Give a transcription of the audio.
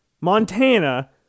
Montana